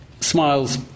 smiles